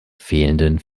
fehlenden